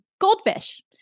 goldfish